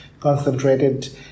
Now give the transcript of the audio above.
concentrated